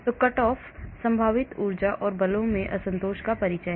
तो cut off संभावित ऊर्जा और बलों में असंतोष का परिचय